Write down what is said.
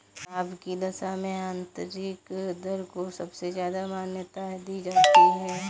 लाभ की दशा में आन्तरिक दर को सबसे ज्यादा मान्यता दी जाती है